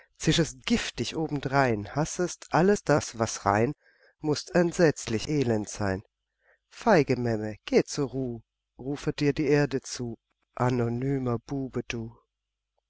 zischest giftig obendrein hassest alles das was rein mußt entsetzlich elend sein feige memme geh zur ruh rufet dir die erde zu anonymer bube du